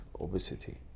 obesity